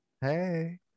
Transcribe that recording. Hey